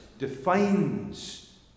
Defines